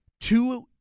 Two